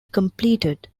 completed